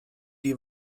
die